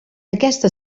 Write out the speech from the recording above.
aquesta